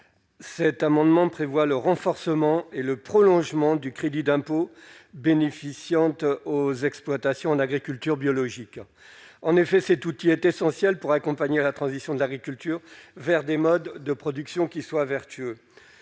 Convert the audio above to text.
cet amendement prévoit le renforcement et le prolongement du crédit d'impôt bénéficiant aux exploitations en agriculture biologique, en effet, cet outil est essentielle pour accompagner la transition de l'agriculture vers des modes de production qui soient vertueux,